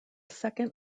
second